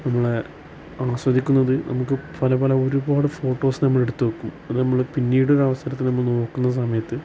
നമ്മളെ ആസ്വദിക്കുന്നത് നമുക്ക് പല പല ഒരുപാട് ഫോട്ടോസ് നമ്മൾ എടുത്തുവെക്കും അത് നമ്മൾ പിന്നീട് ഒരവസരത്തിൽ നമ്മൾ നോക്കുന്ന സമയത്ത്